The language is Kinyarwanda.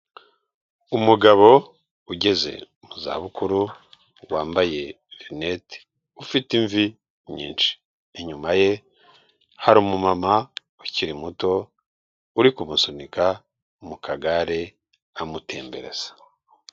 Umugabo ugeze mu za bukuru, wambaye rinete, ufite imvi nyinshi, inyuma ye hari umumama ukiri muto uri kumusunika mu kagare, amutembereza.